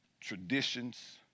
traditions